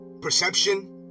Perception